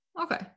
Okay